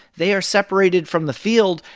they are separated from the field.